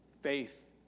faith